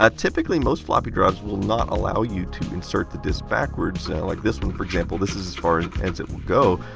ah typically most floppy drives will not allow you to insert the disk backwards. like this one, for example, this is as far as as it will go.